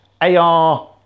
AR